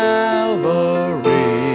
Calvary